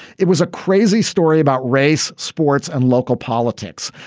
it was a crazy story about race, sports and local politics.